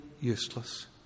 useless